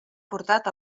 portat